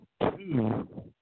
two